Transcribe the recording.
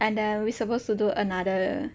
and then we suppose to do another